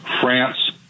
France